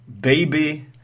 baby